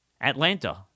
Atlanta